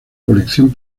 colección